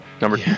number